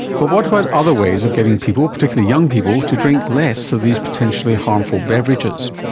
but what about other ways of getting people, particularly young people, to drink less of these potentially harmful beverages?